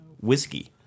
Whiskey